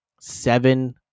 seven